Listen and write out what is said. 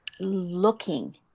looking